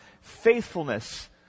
faithfulness